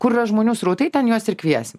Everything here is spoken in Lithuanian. kur yra žmonių srautai ten juos ir kviesim